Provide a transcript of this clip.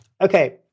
Okay